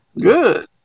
Good